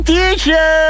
Teacher